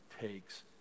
takes